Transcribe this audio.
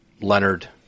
Leonard